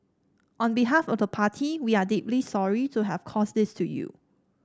on behalf of the party we are deeply sorry to have caused this to you